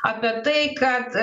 apie tai kad